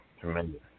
tremendous